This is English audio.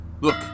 Look